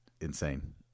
insane